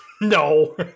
No